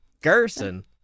Gerson